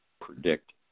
predict